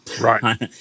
Right